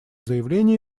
заявления